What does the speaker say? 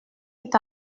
est